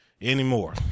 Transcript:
anymore